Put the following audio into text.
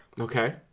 Okay